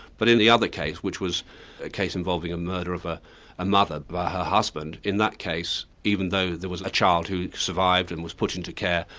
but in the other case, which was a case involving a murder of a a mother by her husband, in that case even though there was a child who survived and was put into care,